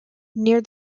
near